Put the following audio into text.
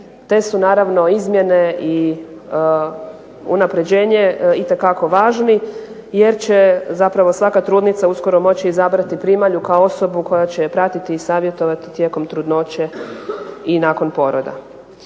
te su naravno izmjene i unapređenje itekako važni jer će zapravo svaka trudnica uskoro moći izabrati primalju koja će je pratiti i savjetovati tijekom trudnoće i nakon poroda.